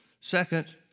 Second